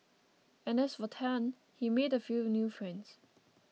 and as for Tan he made a few new friends